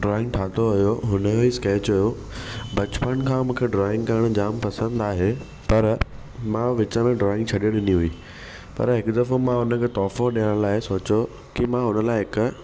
drawing ठाहियो हुओ हुनजो ई स्केच हुओ बचपन खां मूंखे ड्रॉइंग करणु जाम पसंदि आहे पर मां विच में ड्रॉइंग छॾे ॾिनी हुई पर हिकु दफ़ो मां हुनखे तोहफ़ो ॾियण लाइ सोचियो कि मां हुन लाइ हिकु